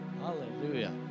Hallelujah